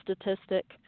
statistic